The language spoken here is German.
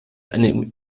eine